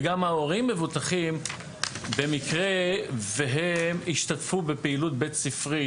וגם ההורים מבוטחים במקרה והם ישתתפו בפעילות בית ספרית,